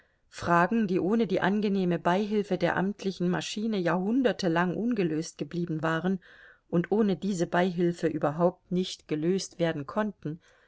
fragen die ohne die angenehme beihilfe der amtlichen maschine jahrhundertelang ungelöst geblieben waren und ohne diese beihilfe überhaupt nicht gelöst werden konnten